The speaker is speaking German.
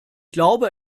glaube